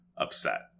upset